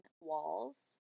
Walls